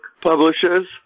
Publishers